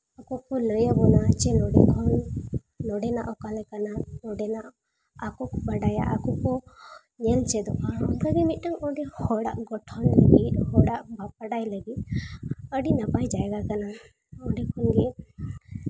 ᱩᱱᱠᱩ ᱠᱚ ᱞᱟᱹᱭ ᱵᱚᱱᱟ ᱡᱮ ᱱᱚᱰᱮ ᱠᱷᱚᱱ ᱱᱚᱰᱮᱱᱟᱜ ᱚᱠᱟ ᱞᱮᱠᱟᱱᱟ ᱱᱚᱰᱮᱱᱟᱜ ᱟᱠᱚ ᱠᱚ ᱵᱟᱰᱟᱭᱟ ᱟᱠᱚ ᱠᱚ ᱧᱮᱞ ᱪᱮᱫᱚᱜᱼᱟ ᱚᱱᱠᱟ ᱜᱮ ᱚᱸᱰᱮ ᱢᱤᱫᱴᱟᱝ ᱦᱚᱲᱟᱜ ᱜᱚᱴᱷᱚᱱ ᱞᱟᱹᱜᱤᱫ ᱦᱚᱲᱟᱜ ᱵᱟᱰᱟᱭ ᱞᱟᱹᱜᱤᱫ ᱟᱹᱰᱤ ᱱᱟᱯᱟᱭ ᱡᱟᱭᱜᱟ ᱠᱟᱱᱟ ᱚᱸᱰᱮ ᱠᱷᱚᱱ ᱜᱮ